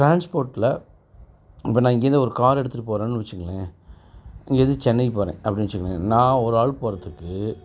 ட்ரான்ஸ்போர்ட்டில் இப்போ நான் இங்கேருந்து ஒரு கார் எடுத்துட்டு போகிறேன்னு வச்சிக்கங்களேன் இங்கேருந்து சென்னைக்கு போகிறேன் அப்படின்னு வச்சிக்கங்க நான் ஒரு ஆள் போகிறதுக்கு